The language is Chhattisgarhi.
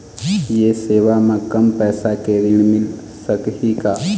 ये सेवा म कम पैसा के ऋण मिल सकही का?